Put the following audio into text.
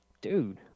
dude